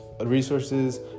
resources